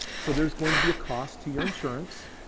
so there's going to be a cost to your insurance.